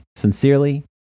Sincerely